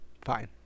Fine